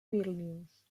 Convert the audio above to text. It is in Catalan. vílnius